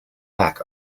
lack